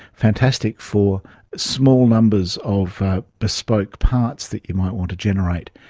fantastic for small numbers of bespoke parts that you might want to generate.